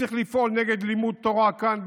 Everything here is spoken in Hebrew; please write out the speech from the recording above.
שצריך לפעול נגד לימוד תורה כאן,